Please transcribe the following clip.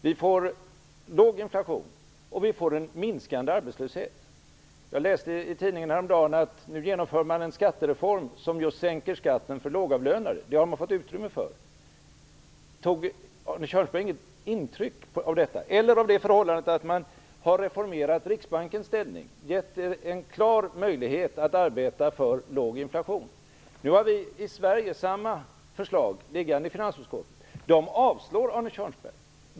Man får låg inflation, och man får minskande arbetslöshet. Häromdagen läste jag i tidningen att man nu genomför en skattereform som sänker skatten för lågavlönade. Detta har man fått utrymme för. Tog inte Arne Kjörnsberg intryck av detta, eller av det förhållandet att man har reformerat riksbankens ställning och givit den en klar möjlighet att arbeta för låg inflation? Nu har vi i Sverige samma förslag liggande i finansutskottet. Dessa avstyrker Arne Kjörnsberg.